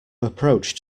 approach